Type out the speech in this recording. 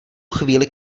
chvíli